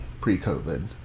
pre-covid